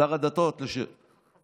שר הדתות דאז